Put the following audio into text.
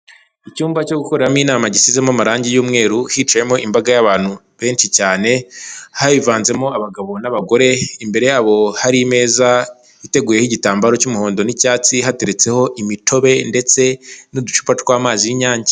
Icyumba cyo gukoreramo inama gisizemo amarangi y'umweru hicayemo imbaga y'abantu benshi cyane, hivanzemo abagabo n'abagore, imbere yabo hari imeza, iteguyeho igitambaro cy'umuhondo n'icyatsi, hateretseho imitobe ndetse n'uducupa tw'amazi y'Inyange.